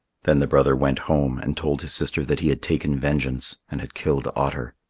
then the brother went home and told his sister that he had taken vengeance and had killed otter.